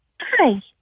Hi